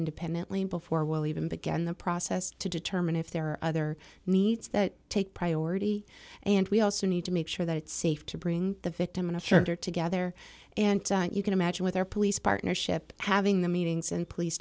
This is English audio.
independently before we'll even begin the process to determine if there are other needs that take priority and we also need to make sure that it's safe to bring the victim in a church or together and you can imagine with our police partnership having the meetings and police